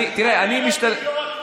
אני ראיתי את יו"ר הכנסת,